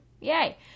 Yay